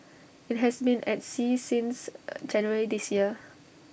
IT has been at sea since January this year